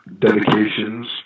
dedications